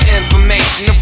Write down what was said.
information